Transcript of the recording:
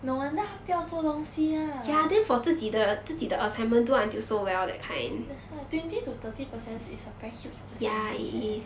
no wonder 她不要做东西 lah that's why twenty to thirty percent is a very huge percentage eh